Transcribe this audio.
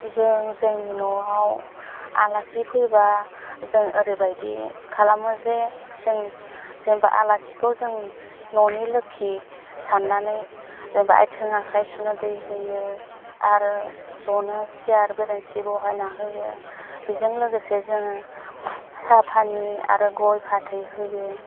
जों जोंनि न'आव आलासि फैबा जों ओरैबायदि खालामो जे जों जेनेबा आलासिखौ जों न'नि लोखि साननानै जेनेबा आथिं आखाय सुनो दै होयो आरो ज'नो सियार बेरेनसि बहायना होयो बिजों लोगोसे जोङो साहा फानि आरो गय फाथै होयो